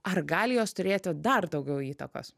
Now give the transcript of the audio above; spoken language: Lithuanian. ar gali jos turėti dar daugiau įtakos